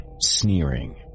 sneering